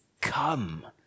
come